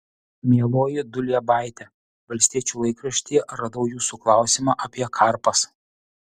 mieloji duliebaite valstiečių laikraštyje radau jūsų klausimą apie karpas